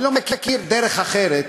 אני לא מכיר דרך אחרת,